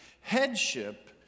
Headship